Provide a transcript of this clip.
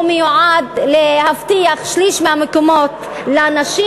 מיועד להבטיח שליש מהמקומות לנשים.